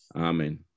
amen